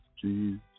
Jesus